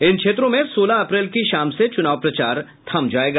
इन क्षेत्रों में सोलह अप्रैल की शाम से चुनाव प्रचार थम जायेगा